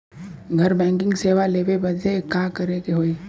घर बैकिंग सेवा लेवे बदे का करे के होई?